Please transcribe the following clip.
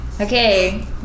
Okay